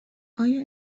آیا